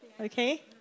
okay